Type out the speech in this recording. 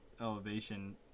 elevation